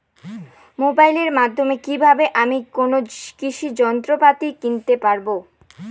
মোবাইলের মাধ্যমে কীভাবে আমি কোনো কৃষি যন্ত্রপাতি কিনতে পারবো?